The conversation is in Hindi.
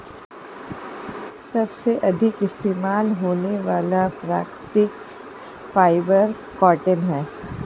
सबसे अधिक इस्तेमाल होने वाला प्राकृतिक फ़ाइबर कॉटन है